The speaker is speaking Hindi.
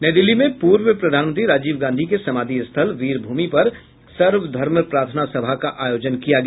नई दिल्ली में पूर्व प्रधानमंत्री राजीव गांधी के समाधि स्थल वीरभूमि पर सर्व धर्म प्रार्थना सभा का आयोजन किया गया